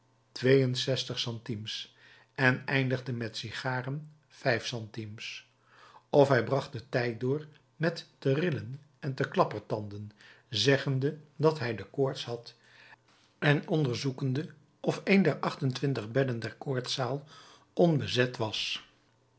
centimes en eindigde met sigaren vijf centimes of hij bracht den tijd door met te rillen en te klappertanden zeggende dat hij de koorts had en onderzoekende of een der acht-en-twintig bedden der koortszaal onbezet was